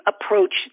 approach